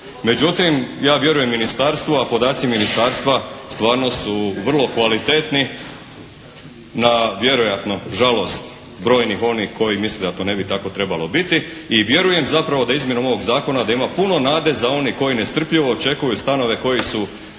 Međutim, ja vjerujem ministarstvu, a podaci ministarstva stvarno su kvalitetni, na vjerojatno žalost brojnih onih koji misle da to ne bi tako trebalo biti i vjerujem zapravo da izmjenom ovog zakona da ima puno nade za one koji nestrpljivo očekuju stanove koji su